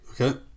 Okay